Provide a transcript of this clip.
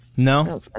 No